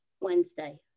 Wednesday